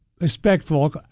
respectful